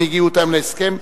הם הגיעו אתם להסכם,